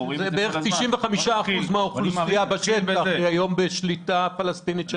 בערך 95 אחוזים מהאוכלוסייה בשטח היא היום בשליטה פלסטינית.